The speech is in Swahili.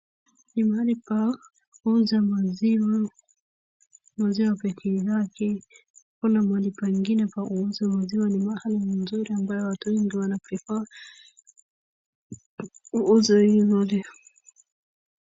Ni mahali pa kuuza maziwa, maziwa peke yake, hakuna mahali pengine pa kuuza maziwa, ni mahali nzuri ambayo watu wengi e wanaprefer iuzwe hivo leo.